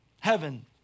Heaven